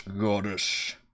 Goddess